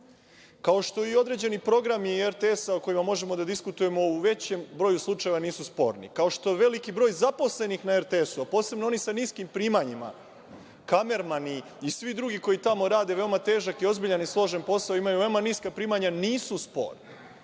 kao što i određeni programi RTS, o kojima možemo da diskutujemo, u većini slučajevima nisu sporni. Kao što veliki broj zaposlenih na RTS, a posebno onih sa niskim primanjima, kamermani i svi drugi koji tamo rade veoma težak i ozbiljan i složen posao, imaju veoma niska primanja, nisu sporni.